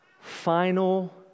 final